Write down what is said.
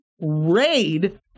raid